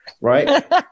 right